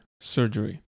surgery